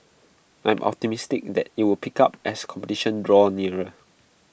I am optimistic that IT will pick up as competition draws nearer